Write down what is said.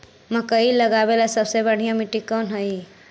मकई लगावेला सबसे बढ़िया मिट्टी कौन हैइ?